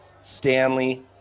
Stanley